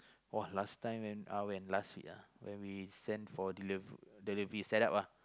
!wah! last time when uh when last week uh when we send for deli~ delivery setup ah